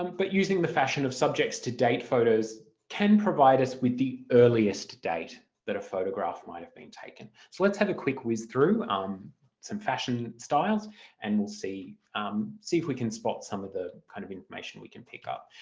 um but using the fashion of subjects to date photos can provide us with the earliest date that a photograph might have been taken so let's have a quick whizz through um some fashion styles and we'll see um see if we can spot some of the kind of information we can pick up.